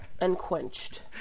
Unquenched